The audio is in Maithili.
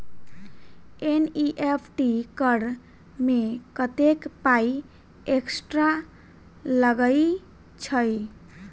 एन.ई.एफ.टी करऽ मे कत्तेक पाई एक्स्ट्रा लागई छई?